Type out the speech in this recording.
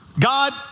God